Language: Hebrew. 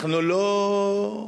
אנחנו לא מכחישים,